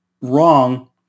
wrong